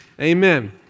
Amen